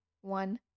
one